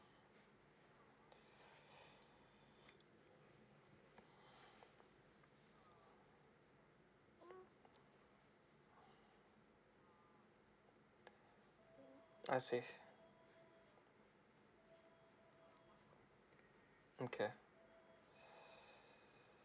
I see okay